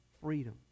freedom